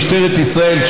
משטרת ישראל,